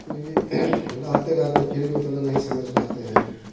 फिर भी रहते रहते फिर भी उतना नहीं समझ पाते हैं